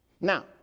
Now